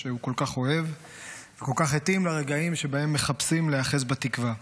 שהוא כל כך אוהב וכל כך התאים לרגעים שבהם מחפשים להיאחז בתקווה.